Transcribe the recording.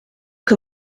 que